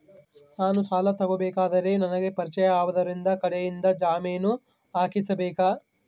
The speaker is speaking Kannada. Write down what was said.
ನಾನು ಸಾಲ ತಗೋಬೇಕಾದರೆ ನನಗ ಪರಿಚಯದವರ ಕಡೆಯಿಂದ ಜಾಮೇನು ಹಾಕಿಸಬೇಕಾ?